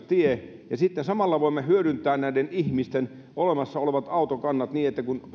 tie sitten samalla voimme hyödyntää näiden ihmisten olemassa olevat autokannat niin että kun